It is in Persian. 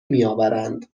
میآورند